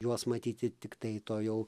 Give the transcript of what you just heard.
juos matyti tiktai to jau